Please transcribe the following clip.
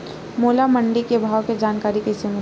मोला मंडी के भाव के जानकारी कइसे मिलही?